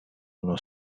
uno